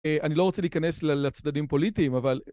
אני לא רוצה להיכנס לצדדים פוליטיים, אבל...